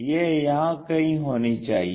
यह यहाँ कहीं होनी चाहिए